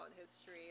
history